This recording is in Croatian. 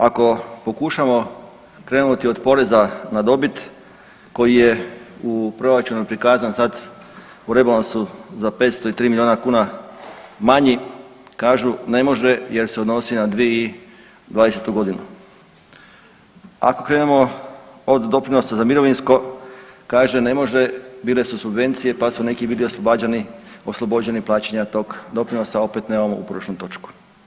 Ako pokušamo krenuti od poreza na dobit koji je u proračunu prikazan sad u rebalansu za 500 i 3 milijuna kuna manji kažu ne može jer se odnosi na 2020.g. Ako krenemo od doprinosa za mirovinsko kaže ne može bile su subvencije pa su neki bili oslobođeni plaćanja tog doprinosa opet nemamo uporišnu točku.